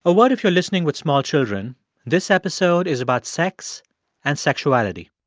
a word if you're listening with small children this episode is about sex and sexuality